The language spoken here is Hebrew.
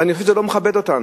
ואני חושב שזה לא מכבד אותנו.